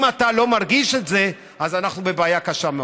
אם אתה לא מרגיש את זה, אז אנחנו בבעיה קשה מאוד.